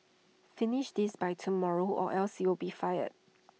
finish this by tomorrow or else you'll be fired